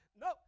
No